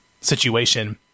situation